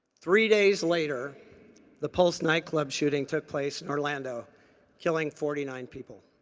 three days later the pulse nightclub shooting took place in orlando killing forty nine people.